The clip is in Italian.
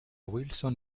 wilson